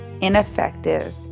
ineffective